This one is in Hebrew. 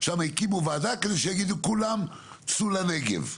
שם הקימו וועדה כזאת שיגידו כולם סעו לנגב,